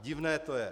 Divné to je.